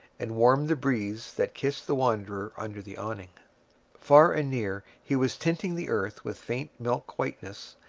and warmed the breeze that kissed the wanderer under the awning far and near he was tinting the earth with faint milk-whiteness,